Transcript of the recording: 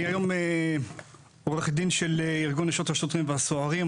אני היום עורך דין של ארגון נשות השוטרים והסוהרים,